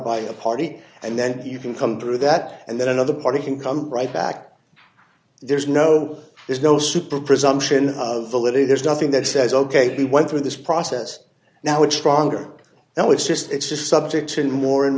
by a party and then you can come through that and then another party can come right back there's no there's no super presumption of the letter there's nothing that says ok we went through this process now it's stronger now it's just it's just subject to more and